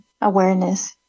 awareness